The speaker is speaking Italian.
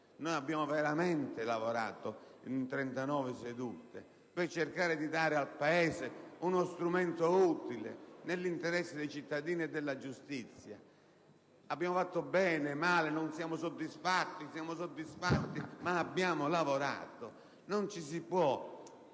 Noi abbiamo veramente lavorato, in trentanove sedute, per cercare di offrire al Paese uno strumento utile, nell'interesse dei cittadini e della giustizia. Abbiamo fatto bene o male, siamo soddisfatti o non lo siamo, ma abbiamo lavorato. Non si può,